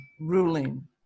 ruling